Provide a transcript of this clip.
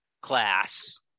class